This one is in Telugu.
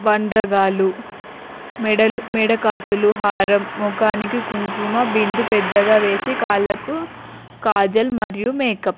వంకీలు మెడలు మెడకాసులు హారం మొఖానికి కుంకుమ బింది పెద్దగా వేసి కళ్ళకు కాజల్ మరియు మేకప్